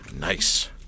Nice